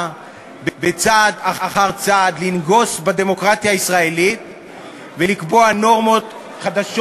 לא יכולה לקבוע תוכניות וסדרי עדיפויות